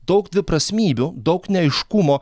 daug dviprasmybių daug neaiškumo